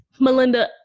Melinda